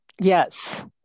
yes